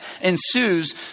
ensues